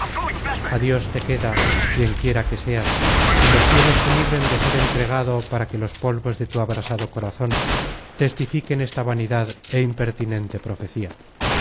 entrega adios te queda quien quiera que seas y los cielos te libren de ser entregado para que los polvos de tu abrasado corazon testifiquen esta vanidad é impertinente profecía